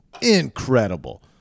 incredible